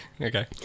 Okay